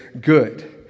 good